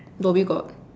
dhoby ghaut